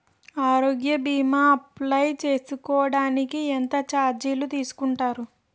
ఆరోగ్య భీమా అప్లయ్ చేసుకోడానికి ఎంత చార్జెస్ తీసుకుంటారు?